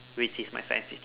which is my science teacher